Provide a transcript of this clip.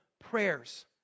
prayers